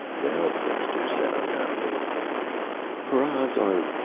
the health minister said unhappily paras are.